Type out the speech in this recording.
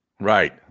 Right